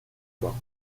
bains